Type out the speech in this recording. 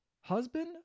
husband